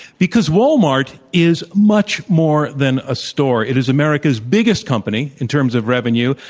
because walmart is much more than a store. it is america's biggest company in terms of revenue.